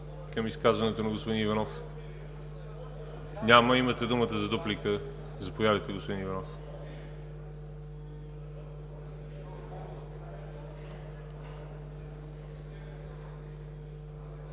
към изказването на господин Иванов? Няма. Имате думата за дуплика. Заповядайте, господин Иванов.